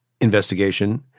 investigation